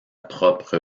propre